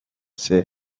seer